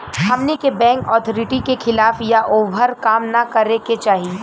हमनी के bank authority के खिलाफ या ओभर काम न करे के चाही